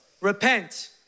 Repent